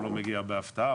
הוא לא מגיע בהפתעה,